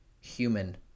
human